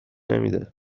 نمیده